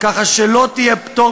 ואתה יודע מה,